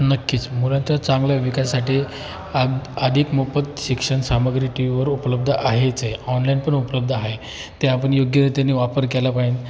नक्कीच मुलांचा चांगल्या विकासासाठी आग अधिक मोफत शिक्षण सामग्री टी व्हीवर उपलब्ध आहेच आहे ऑनलाईन पण उपलब्ध आहे ते आपण योग्यरीतीने वापर केला पाएन